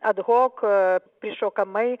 ad hok prišokamai